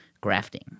grafting